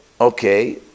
okay